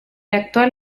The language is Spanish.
actual